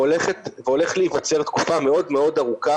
הולכת להיווצר תקופה מאוד מאוד ארוכה